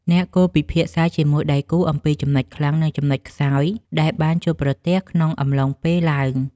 អ្នកគួរពិភាក្សាជាមួយដៃគូអំពីចំណុចខ្លាំង និងចំណុចខ្សោយដែលបានជួបប្រទះក្នុងអំឡុងពេលឡើង។